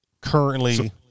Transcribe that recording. currently